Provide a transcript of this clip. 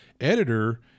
editor